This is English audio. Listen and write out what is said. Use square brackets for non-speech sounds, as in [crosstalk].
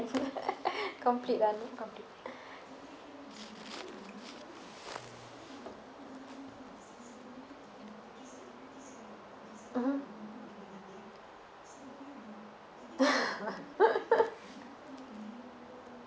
[laughs] complete lah complete mmhmm [laughs]